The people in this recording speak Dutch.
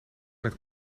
met